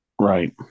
right